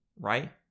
Right